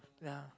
yeah